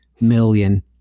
million